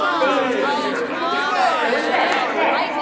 they usually cannot answer. so instead, today,